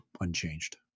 unchanged